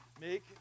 make